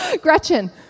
Gretchen